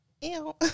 Ew